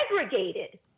segregated